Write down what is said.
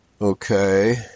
Okay